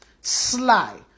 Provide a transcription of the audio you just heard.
Sly